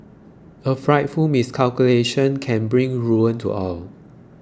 a frightful miscalculation can bring ruin to all